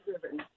driven